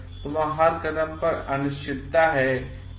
तो वहाँ हर कदम पर अनिश्चितताहैं